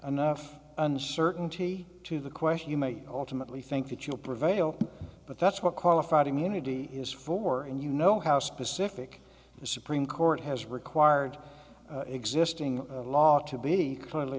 enough uncertainty to the question you may ultimately think that you'll prevail but that's what qualified immunity is for and you know how specific the supreme court has required existing law to be